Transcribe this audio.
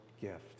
gift